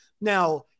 Now